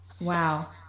Wow